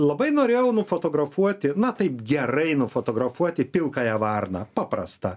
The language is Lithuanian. labai norėjau nufotografuoti na taip gerai nufotografuoti pilkąją varną paprastą